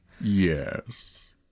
Yes